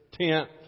tenth